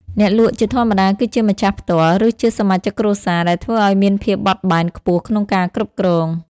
អ្នកលក់ជាធម្មតាគឺជាម្ចាស់ផ្ទាល់ ឬជាសមាជិកគ្រួសារ ដែលធ្វើឱ្យមានភាពបត់បែនខ្ពស់ក្នុងការគ្រប់គ្រង។